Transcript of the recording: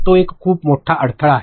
तो एक खूप मोठा अडथळा आहे